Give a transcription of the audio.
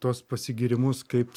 tuos pasigyrimus kaip